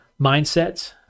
mindsets